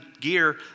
gear